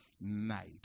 night